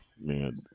man